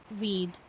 read